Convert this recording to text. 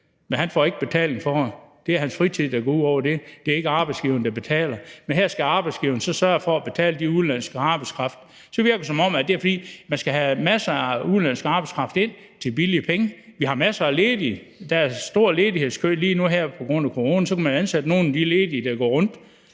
men han får ikke betaling for det. Det må han gøre i sin fritid; det er ikke arbejdsgiveren, der betaler. Men her skal arbejdsgiveren så sørge for at betale den udenlandske arbejdskraft. Det virker, som om det er, fordi man skal have hentet masser af udenlandsk arbejdskraft ind til billige penge, men vi har masser af ledige – der er en stor ledighedskø på grund af corona lige nu, så man kunne ansætte nogle af de ledige, der går rundt,